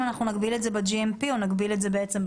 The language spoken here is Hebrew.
האם אנחנו נגביל את זה ב-GMP או שנגביל את זה בחקיקה?